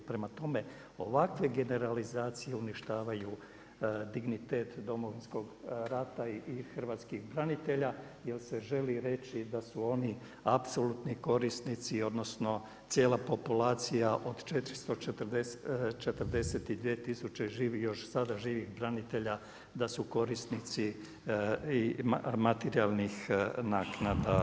Prema tome, ovakve generalizacije uništavaju dignitet Domovinskog rata i hrvatskih branitelja jer se želi reći da su oni apsolutni korisnici odnosno cijela populacija od 442 tisuće još sada živih branitelja da su korisnici i materijalnih naknada.